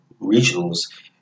Regionals